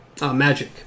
magic